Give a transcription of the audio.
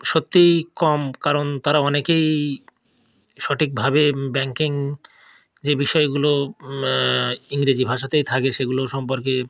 সত্যিই কম কারণ তারা অনেকেই সঠিকভাবে ব্যাঙ্কিং যে বিষয়গুলো ইংরেজি ভাষাতেই থাকে সেগুলো সম্পর্কে